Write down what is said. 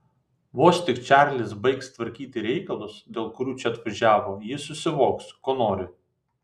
vos tik čarlis baigs tvarkyti reikalus dėl kurių čia atvažiavo jis susivoks ko nori